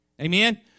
Amen